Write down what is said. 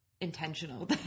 intentional